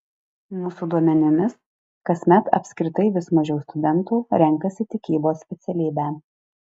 mūsų duomenimis kasmet apskritai vis mažiau studentų renkasi tikybos specialybę